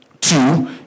two